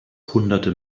hunderte